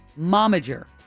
momager